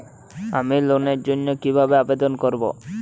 আমি লোনের জন্য কিভাবে আবেদন করব?